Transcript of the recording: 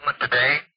today